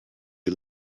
you